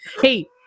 Hey